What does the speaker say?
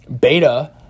beta